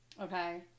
Okay